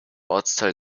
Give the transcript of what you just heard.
ortsteil